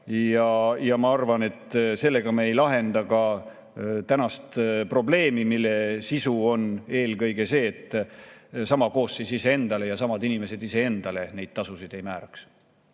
Ja ma arvan, et sellega me ei lahenda ka kõnealust probleemi. Meie [ettepaneku] sisu on eelkõige see, et sama koosseis iseendale, samad inimesed iseendale tasusid ei määraks.